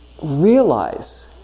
realize